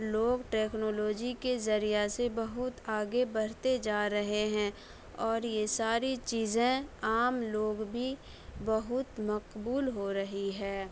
لوگ ٹیکنالوجی کے ذریعہ سے آگے بڑھتے جا رہے ہیں اور یہ ساری چیزیں عام لوگ بھی بہت مقبول ہو رہی ہے